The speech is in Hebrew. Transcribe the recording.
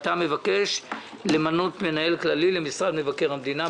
אתה מבקש למנות מנהל כללי למשרד מבקר המדינה.